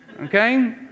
okay